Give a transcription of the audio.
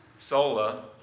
Sola